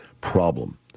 problem